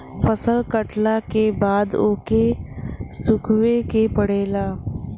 फसल कटला के बाद ओके सुखावे के पड़ेला